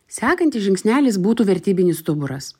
sekantis žingsnelis būtų vertybinis stuburas